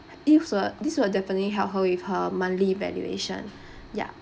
this will this will definitely help her with her monthly valuation ya